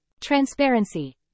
Transparency